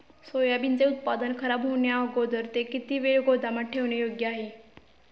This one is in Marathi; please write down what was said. सोयाबीनचे उत्पादन खराब होण्याअगोदर ते किती वेळ गोदामात ठेवणे योग्य आहे?